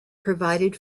provided